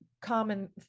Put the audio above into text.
common